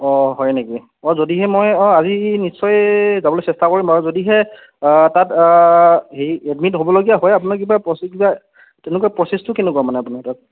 অঁ হয় নেকি অঁ যদিহে মই অঁ আজি নিশ্চয় যাবলৈ চেষ্টা কৰিম বাৰু যদিহে তাত হেৰি এডমিট হ'বলগীয়া হয় আপোনাৰ কিবা প্ৰ'চেছ কিবা তেনেকুৱা প্ৰ'চেছটো কেনেকুৱা মানে আপোনাৰ তাত